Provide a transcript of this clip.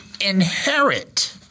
inherit